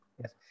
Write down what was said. Yes